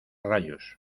rayos